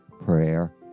prayer